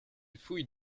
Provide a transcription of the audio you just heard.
fouille